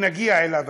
ונגיע אליו,